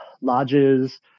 lodges